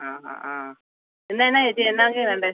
ആ ആ ആ എന്താ എന്താ ചേച്ചി എന്നാ ഒക്കെയാ വേണ്ടത്